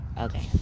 Okay